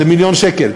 זה מיליון שקל.